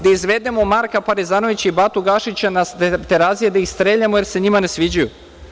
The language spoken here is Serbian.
Da izvedemo Marka Parezanovića i Batu Gašića na Terazije da ih streljamo jer se njima ne sviđaju?